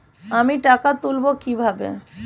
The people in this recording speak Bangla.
আমি টাকা তুলবো কি ভাবে?